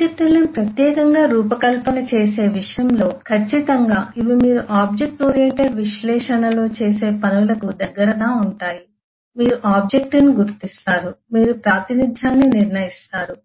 object లను ప్రత్యేకంగా రూపకల్పన చేసే విషయంలో ఖచ్చితంగా ఇవి మీరు ఆబ్జెక్ట్ ఓరియెంటెడ్ విశ్లేషణలో చేసే పనులకు దగ్గరగా ఉంటాయి మీరు ఆబ్జెక్ట్ ను గుర్తిస్తారు మీరు ప్రాతినిధ్యాన్ని నిర్ణయిస్తారు